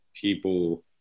people